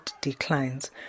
declines